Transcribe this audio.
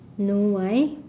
no why